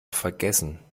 vergessen